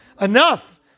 Enough